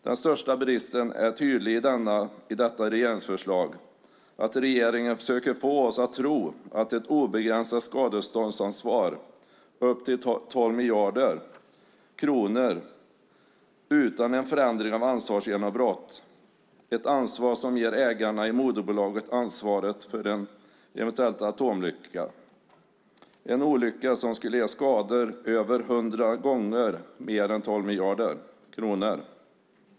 Den största bristen är tydlig i detta regeringsförslag - att regeringen försöker få oss att tro att ett obegränsat skadeståndsansvar upp till 12 miljarder kronor utan en förändring av ansvarsgenombrott är ett ansvar som ger ägarna i moderbolaget ansvaret för en eventuell atomolycka, en olycka som skulle ge skador över 100 gånger mer än 12 miljarder kronor.